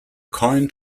coin